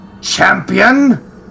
Champion